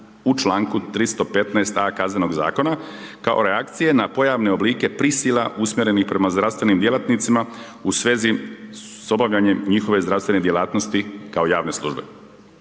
u članku 315.a Kaznenog zakona kao reakcije na pojavne oblike prisila usmjerenih prema zdravstvenim djelatnicima u svezi s obavljanjem njihove zdravstvene djelatnosti kao javne službe.